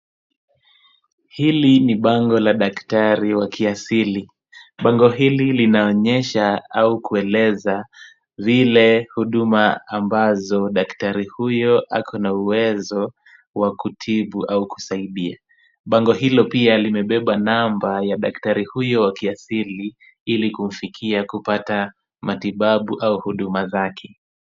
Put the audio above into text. Hili ni bango la daktari wa kiasili. Bango hili linaonyesha au kueleza zile huduma ambazo daktari huyo ako na uwezo wa kutibu au kusaidia. Bango hilo pia limebeba number ya daktari huyo wa kiasili ili kumfikia kupata matibabu au huduma zake.